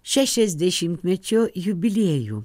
šešiasdešimtmečio jubiliejų